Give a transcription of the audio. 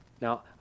Now